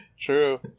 True